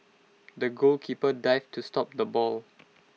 the goalkeeper dived to stop the ball